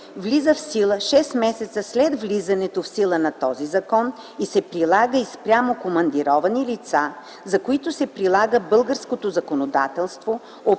влиза в сила шест месеца след влизането в сила на този закон и се прилага и спрямо командировани лица, за които се прилага българското законодателство,